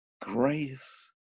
Grace